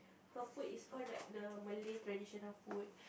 her food is all like the Malay traditional food